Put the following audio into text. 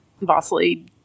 Vasily